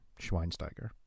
Schweinsteiger